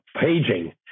paging